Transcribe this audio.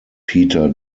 peter